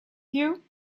you